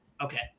Okay